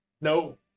No